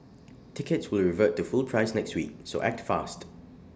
tickets will revert to full price next week so act fast